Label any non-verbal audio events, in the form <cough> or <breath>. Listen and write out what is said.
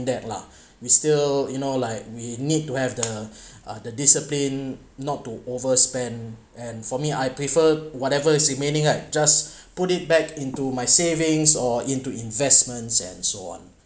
that lah <breath> we still you know like we need to have the <breath> uh the discipline not to overspend and for me I prefer whatever is remaining right just <breath> put it back into my savings or into investments and so on